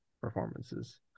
performances